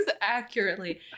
accurately